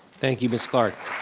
thank you miss clark.